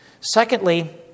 Secondly